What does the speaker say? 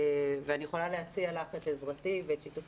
ואני יכולה להציע לך את עזרתי ואת שיתוף